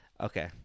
Okay